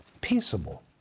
peaceable